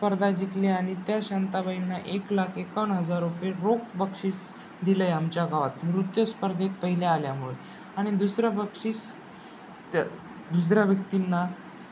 स्पर्धा जिंकली आणि त्या शांताबाईंना एक लाख एकावन्न हजार रुपये रोख बक्षीस दिलं आहे आमच्या गावात नृत्यस्पर्धेत पहिले आल्यामुळे आणि दुसरं बक्षीस त्या दुसऱ्या व्यक्तींना